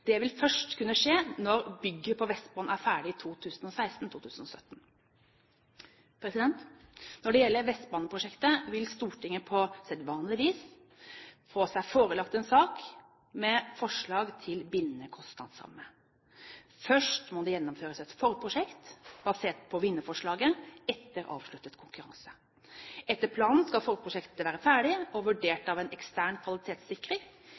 Det vil først kunne skje når bygget på Vestbanen er ferdig i 2016–2017. Når det gjelder Vestbaneprosjektet, vil Stortinget på sedvanlig vis få seg forelagt en sak med forslag til bindende kostnadsramme. Først må det gjennomføres et forprosjekt basert på vinnerforslaget etter avsluttet konkurranse. Etter planen skal forprosjektet være ferdig og